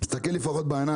לפחות תסתכל לי בעיניים,